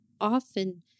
often